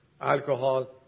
alcohol